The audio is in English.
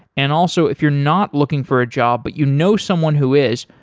and also, if you're not looking for a job but you know someone who is,